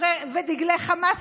ודגלי חמאס,